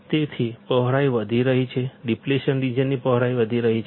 તેથી પહોળાઈ વધી રહી છે ડીપ્લેશન રિજિયનની પહોળાઈ વધી રહી છે